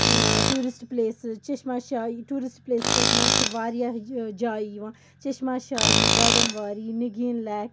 tourist places Chashma Shahi tourist places منٛز چھِ واریاہ جایہِ یِوان چشما شاہی بادَم واری نِگیٖن لیک